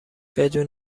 بدون